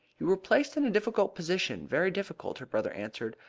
you were placed in a difficult position very difficult, her brother answered.